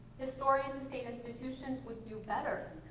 historians and state institutions would do better